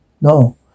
no